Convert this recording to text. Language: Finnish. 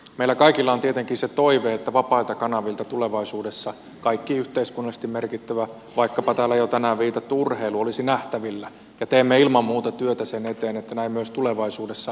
meillä kaikilla on tietenkin se toive että vapailta kanavilta tulevaisuudessa kaikki yhteiskunnallisesti merkittävä vaikkapa täällä jo tänään viitattu urheilu olisi nähtävillä ja teemme ilman muuta työtä sen eteen että näin myös tulevaisuudessa on